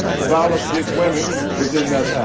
the violence against women was in that act.